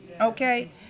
Okay